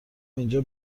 اینجا